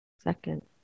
Second